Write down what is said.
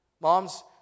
Moms